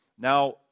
Now